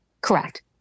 Correct